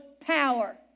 power